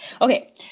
okay